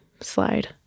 slide